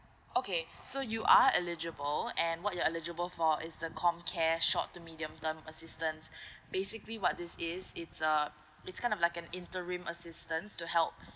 okay so you are eligible and what you're eligible for is the com care short to medium term assistance basically what this is it's uh it's kind of like an interim assistance to help